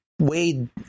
Wade